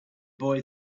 boy